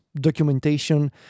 documentation